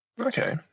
Okay